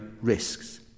risks